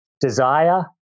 desire